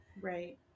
right